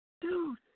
dude